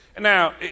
Now